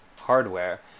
hardware